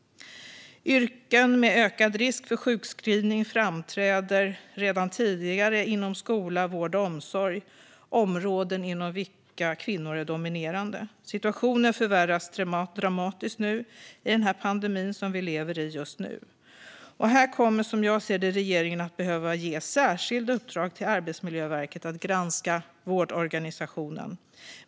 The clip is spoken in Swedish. Yrken med ökad risk för sjukskrivning framträder inom skola, vård och omsorg, områden inom vilka kvinnor är dominerande. Situationen förvärras dramatiskt i den pandemi som vi lever i just nu. Här kommer, som jag ser det, regeringen att behöva ge särskilda uppdrag till Arbetsmiljöverket att granska vårdorganisationen.